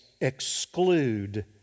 exclude